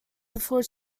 before